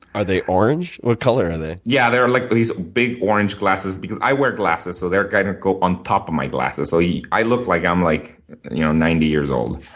are they orange? what color are they? yeah, they're like these big, orange glasses because i wear glasses, so they're kind of go on top of my glasses. so yeah i look like i'm like you know ninety years old.